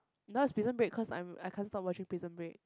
now is Prison Break cause I'm I can't stop watching Prison Break